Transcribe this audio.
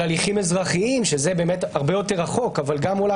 על ההליכים האזרחים שזה באמת הרבה יותר רחוק אבל גם עולה